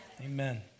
Amen